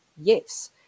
Yes